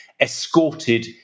escorted